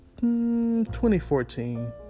2014